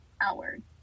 outward